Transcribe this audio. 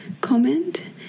comment